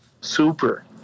super